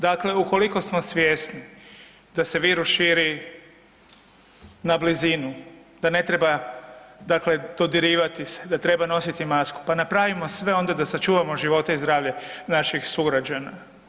Dakle, ukoliko smo svjesni da se virus širi na blizinu, da ne treba dodirivati se, da treba nositi masku, pa napravimo sve onda da sačuvamo živote i zdravlje naših sugrađana.